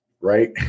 right